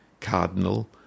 cardinal